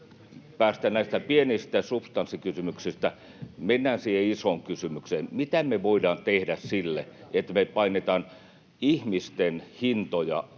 päästä näistä pienistä substanssikysymyksistä. Mennään siihen isoon kysymykseen: mitä me voidaan tehdä, että painettaisiin ihmisten hintoja